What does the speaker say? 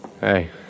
Hey